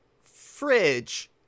Fridge